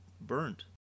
burned